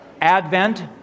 Advent